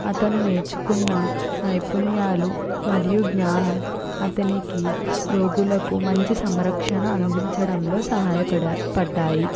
అతను నేర్చుకున్న నైపుణ్యాలు మరియు జ్ఞానం అతనికి రోగులకు మంచి సంరక్షణ అందించడంలో సహాయపడయ్ పడ్డాయి